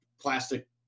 plastic